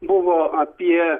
buvo apie